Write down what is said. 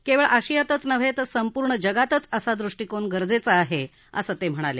केवळ आशियातच नव्हे तर संपूर्ण जगातच असा दृष्टिकोन गरजेचा आहे असं ते म्हणाले